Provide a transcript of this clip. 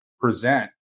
present